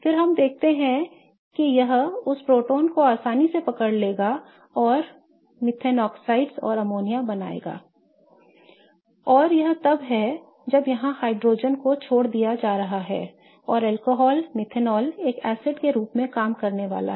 फिर हम देखते हैं कि यह इस प्रोटॉन को आसानी से पकड़ लेगा और मेथनॉक्साइड और अमोनिया बनाएगा I और यह तब है जब यहां के हाइड्रोजन को छोड़ दिया जा रहा है और अल्कोहल मेथनॉल एक एसिड के रूप में काम करने वाला है